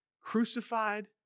crucified